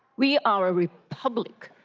we are a republic.